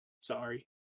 Sorry